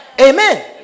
Amen